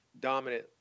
dominant